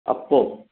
Oppo